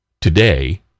Today